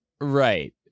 right